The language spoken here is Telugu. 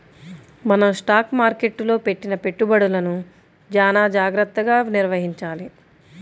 మనం స్టాక్ మార్కెట్టులో పెట్టిన పెట్టుబడులను చానా జాగర్తగా నిర్వహించాలి